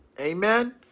Amen